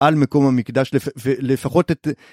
על מקום המקדש, ולפחות את...